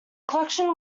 collection